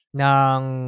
ng